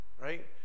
right